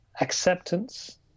acceptance